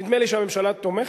נדמה לי שהממשלה תומכת,